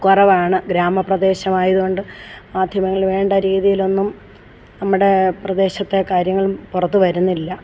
കുറവാണ് ഗ്രാമപ്രദേശമായതുകൊണ്ട് മാധ്യമങ്ങൾ വേണ്ട രീതിയിലൊന്നും നമ്മുടെ പ്രദേശത്തെ കാര്യങ്ങളൊന്നും പുറത്തു വരുന്നില്ല